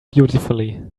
beautifully